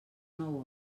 nou